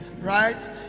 right